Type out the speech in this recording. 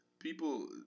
people